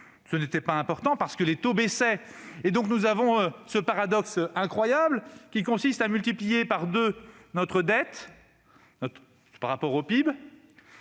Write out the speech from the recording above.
Ce n'était pas important parce que les taux baissaient. Nous avons connu ce paradoxe incroyable qui a consisté à multiplier par deux notre dette par rapport au PIB